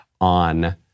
on